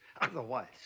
Otherwise